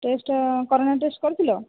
test corona test କରିଥିଲ